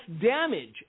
damage